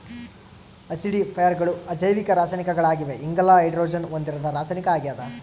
ಆಸಿಡಿಫೈಯರ್ಗಳು ಅಜೈವಿಕ ರಾಸಾಯನಿಕಗಳಾಗಿವೆ ಇಂಗಾಲ ಹೈಡ್ರೋಜನ್ ಹೊಂದಿರದ ರಾಸಾಯನಿಕ ಆಗ್ಯದ